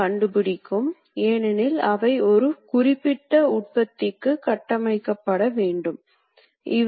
கணினி இல்லையென்றாலும் நீங்கள் ஒரு காகித பஞ்ச் கார்டு ரீடர் வைத்திருக்க முடியும்